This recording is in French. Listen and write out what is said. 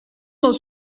dans